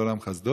כי לעולם חסדו.